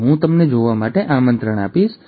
તો હું તમને તે જોવા માટે પણ આમંત્રણ આપીશ